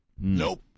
Nope